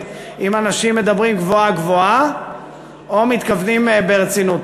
אם אנשים מדברים גבוהה-גבוהה או מתכוונים ברצינות.